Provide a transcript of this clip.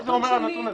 מה אומר הנתון הזה?